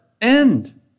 end